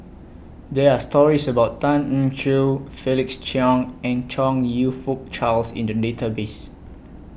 There Are stories about Tan Eng Joo Felix Cheong and Chong YOU Fook Charles in The Database